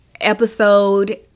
episode